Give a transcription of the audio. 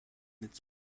its